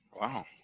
Wow